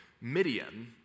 Midian